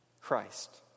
Christ